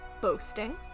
boasting